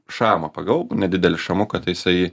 šamą pagavau nedidelį šamuką tai jisai